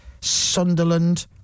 Sunderland